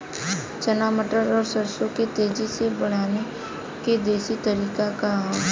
चना मटर और सरसों के तेजी से बढ़ने क देशी तरीका का ह?